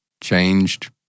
changed